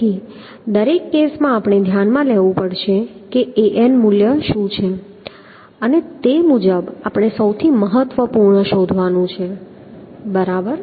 તેથી દરેક કેસમાં આપણે ધ્યાનમાં લેવું પડશે કે An મૂલ્ય શું છે અને તે મુજબ આપણે સૌથી મહત્વપૂર્ણ શોધવાનું છે બરાબર